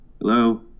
Hello